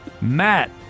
Matt